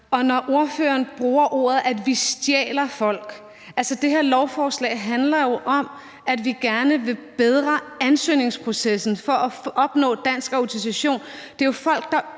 Og når ordføreren bruger ordet, at vi »stjæler« folk, vil jeg sige, at det her lovforslag jo handler om, at vi gerne vil forbedre ansøgningsprocessen for at opnå dansk autorisation. Det er jo folk, der